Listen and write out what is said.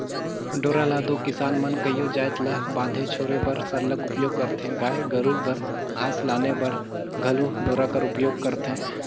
डोरा ल दो किसान मन कइयो जाएत ल बांधे छोरे बर सरलग उपियोग करथे गाय गरू बर घास लाने बर घलो डोरा कर उपियोग करथे